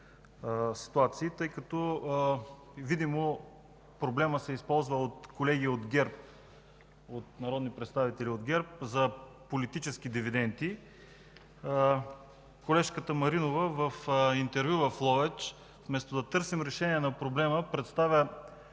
тъй като видимо проблемът се използва от народни представители от ГЕРБ за политически дивиденти. Колежката Маринова в интервю в Ловеч – вместо да търсим решение, представя